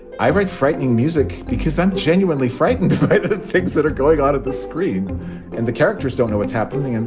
i read frightening music because i'm genuinely frightened by the things that are going on at the screen and the characters don't know what's happening. and